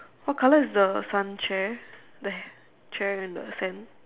what colour is the sun chair the chair in the sand